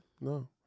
no